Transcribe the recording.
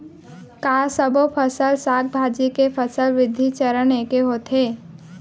का सबो फसल, साग भाजी के फसल वृद्धि चरण ऐके होथे?